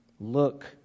Look